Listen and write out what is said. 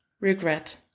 Regret